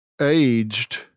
aged